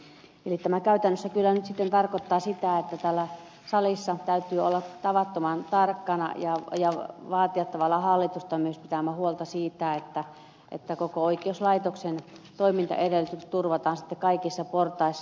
eli tämä käytännössä kyllä nyt sitten tarkoittaa sitä että täällä salissa täytyy olla tavattoman tarkkana ja vaatia tavallaan hallitusta myös pitämään huolta siitä että koko oikeuslaitoksen toimintaedellytykset turvataan sitten kaikissa portaissa